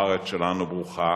הארץ שלנו ברוכה